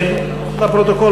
לפרוטוקול,